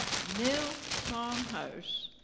nil farm house,